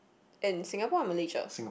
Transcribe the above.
in Singapore or Malaysia